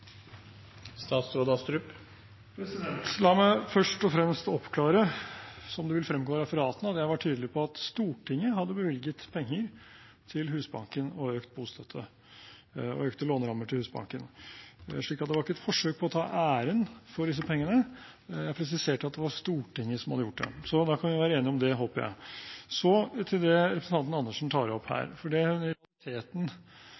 La meg først og fremst oppklare. Som det vil fremgå av referatene, var jeg tydelig på at Stortinget hadde bevilget penger til Husbanken og økt bostøtte og økte lånerammer for Husbanken. Så det var ikke et forsøk på å ta æren for disse pengene. Jeg presiserte at det var Stortinget som hadde gjort det, så da kan vi være enige om det, håper jeg. Så til det som representanten Karin Andersen tar opp